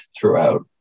throughout